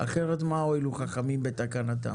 כי אחרת מה הועילו חכמים בתקנתם?